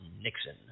Nixon